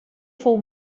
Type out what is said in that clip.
fou